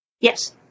Yes